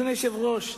אדוני היושב-ראש,